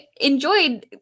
enjoyed